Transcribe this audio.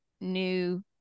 new